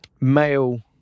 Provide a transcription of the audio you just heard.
male